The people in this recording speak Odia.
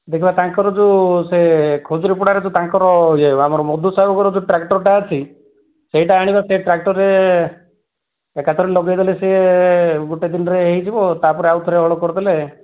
ଦେଖବା ତାଙ୍କର ଯେଉଁ ସେ ଖଜୁରୀପଡ଼ାରେ ତାଙ୍କର ୟେ ଆମର ମଧୁସାହୁ ଘର ଯେଉଁ ଟ୍ରାକ୍ଟର୍ଟା ଅଛି ସେଇଟା ଆଣିବା ସେ ଟ୍ରାକ୍ଟର୍ରେ ଏକା ଥରେ ଲଗେଇଦେଲେ ସେ ଗୋଟେ ଦିନରେ ହୋଇଯିବ ତା'ପରେ ଆଉ ଥରେ ହଳ କରିଦେଲେ